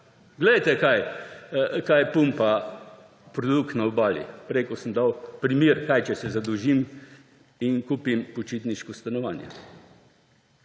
Glejte, kaj pumpa produkt na Obali, ko sem prej dal primer, kaj če se zadolžim in kupim počitniško stanovanje.